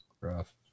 rough